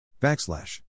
backslash